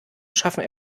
schaffen